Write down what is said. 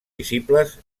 visibles